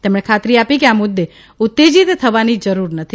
તેમણે ખાતરી આપી કે આ મુદ્દે ઉત્તેજીત થવાની જરૂર નથી